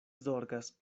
zorgas